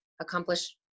accomplish